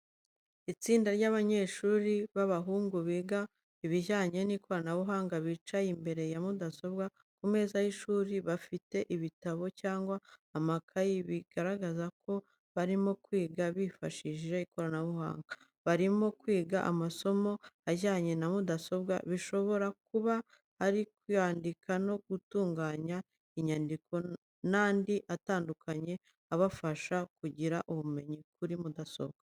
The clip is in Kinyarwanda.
Itsinda ry’abanyeshuri b’abahungu biga ibijyanye n’ikoranabuhanga bicaye imbere ya mudasobwa ku meza y’ishuri, bafite ibitabo cyangwa amakayi bigaragaza ko barimo kwiga bifashishije ikoranabuhanga. Barimo kwiga amasomo ajyanye na mudasobwa, bishobora kuba ari kwandika no gutunganya inyandiko n'andi atandukanye abafasha kugira ubumenyi kuri mudasobwa.